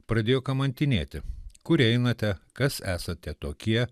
pradėjo kamantinėti kur einate kas esate tokie